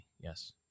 Yes